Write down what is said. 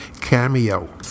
Cameo